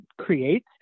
create